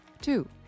Two